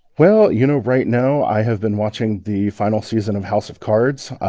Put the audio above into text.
well, you know, right now, i have been watching the final season of house of cards.